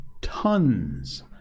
tons